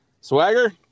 swagger